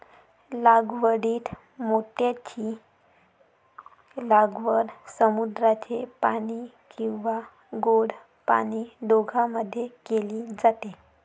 लागवडीत मोत्यांची लागवड समुद्राचे पाणी किंवा गोड पाणी दोघांमध्ये केली जाते